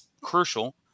crucial